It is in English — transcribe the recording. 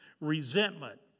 Resentment